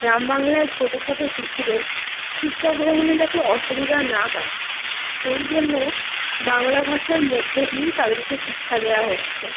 গ্রাম বাংলায় ছোটো ছোটো শিশুদের শিক্ষা গ্রহণে যাতে অসুবিধা না হয় সেই জন্য বাংলা ভাষার মধ্যে দিয়েই তাদেরকে শিক্ষা দেওয়া হচ্ছে